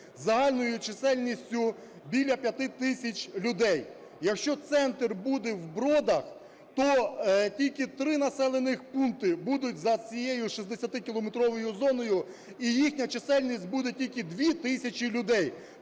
загальною чисельністю біля 5 тисяч людей. Якщо центр буде в Бродах, то тільки три населених пункти будуть за цією 60-кілометровою зоною, і їхня чисельність буде тільки 2 тисячі людей.